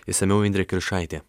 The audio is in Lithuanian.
išsamiau indrė kiršaitė